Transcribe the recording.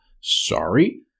Sorry